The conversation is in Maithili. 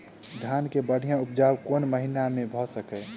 धान केँ बढ़िया उपजाउ कोण महीना मे भऽ सकैय?